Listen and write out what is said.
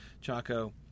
Chaco